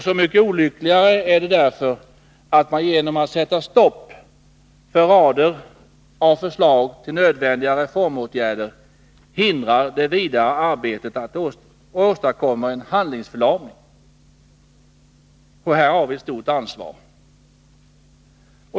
Så mycket olyckligare är det därför att man genom att sätta stopp för rader av förslag till nödvändiga reformåtgärder hindrar det vidare arbetet och åstadkommer handlingsförlamning. Här har vi ett stort ansvar.